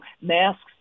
masks